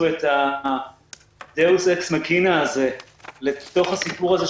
את ה-deus ex machina הזה לתוך הסיפור הזה,